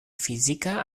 fizika